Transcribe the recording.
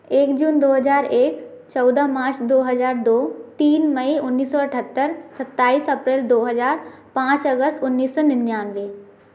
एक जून दो हज़ार एक चौदह मार्च दो हज़ार दो तीन मई उन्नीस सौ अठहत्तर सत्ताईस अप्रैल दो हज़ार पाँच अगस्त उन्नीस सौ निन्यानबे